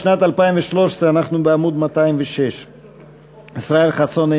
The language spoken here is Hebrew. לשנת 2013. אנחנו בעמוד 206. ישראל חסון,